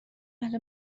اهل